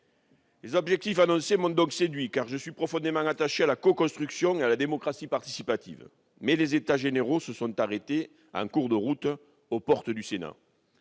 Les objectifs affichés m'ont donc séduit, car je suis profondément attaché à la coconstruction et à la démocratie participative, mais les états généraux se sont arrêtés en cours de route aux portes du Sénat.